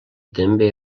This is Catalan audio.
també